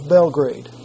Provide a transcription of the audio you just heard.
Belgrade